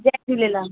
Jay Jhulelal